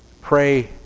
pray